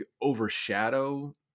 overshadow